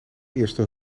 eerste